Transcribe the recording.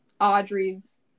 Audrey's